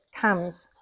comes